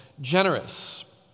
generous